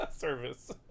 Service